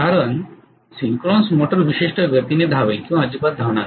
कारण synchronous motor विशिष्ट गतीने धावेल किंवा अजिबात धावणार नाही